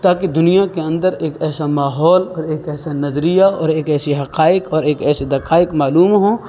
تاکہ دنیا کے اندر ایک ایسا ماحول اور ایک ایسا نظریہ اور ایک ایسی حقائق اور ایک ایسی دقائق معلوم ہوں